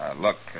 Look